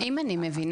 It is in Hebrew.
אם אני מבינה,